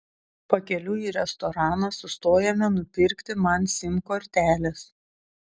pakeliui į restoraną sustojome nupirkti man sim kortelės